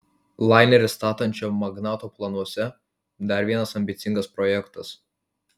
lainerį statančio magnato planuose dar vienas ambicingas projektas